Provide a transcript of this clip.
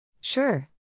Sure